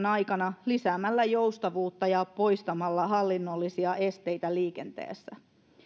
aikana lisäämällä joustavuutta ja poistamalla hallinnollisia esteitä liikenteessä